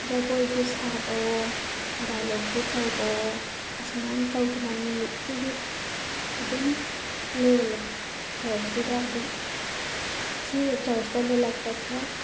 ꯖꯒꯣꯏꯕꯨ ꯁꯥꯕꯋꯣ ꯗꯥꯏꯂꯣꯛꯄꯨ ꯇꯧꯕꯋꯣ ꯑꯁꯨꯃꯥꯏꯅ ꯇꯧꯗꯅ ꯅꯨꯃꯤꯠꯇꯨꯒꯤ ꯑꯗꯨꯝ ꯂꯦꯜꯂꯦ ꯆꯔꯆꯇꯨꯗ ꯑꯗꯨꯝ ꯁꯤ ꯆꯔꯆꯇꯗ ꯂꯦꯛꯄꯁꯦ